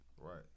Right